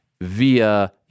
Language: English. via